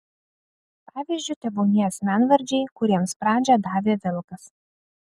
pavyzdžiu tebūnie asmenvardžiai kuriems pradžią davė vilkas